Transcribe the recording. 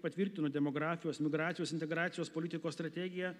patvirtino demografijos migracijos integracijos politikos strategiją